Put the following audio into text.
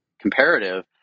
comparative